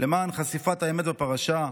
למען חשיפת האמת בפרשה.